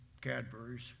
Cadbury's